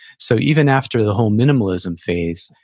so even after the whole minimalism phase,